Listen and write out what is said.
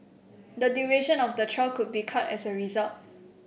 the duration of the trial could be cut as a result